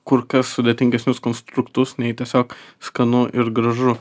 kur kas sudėtingesnius konstruktus nei tiesiog skanu ir gražu